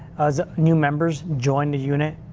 new members join the unit.